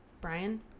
Brian